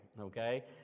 okay